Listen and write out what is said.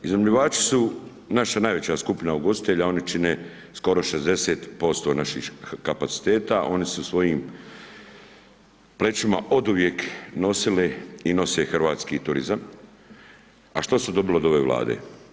Iznajmljivači su naša najveća skupina ugostitelja, oni čine skoro 60% naših kapaciteta, oni na svojim plećima oduvijek nosili i nose hrvatski turizam, a što su dobili od ove Vlade?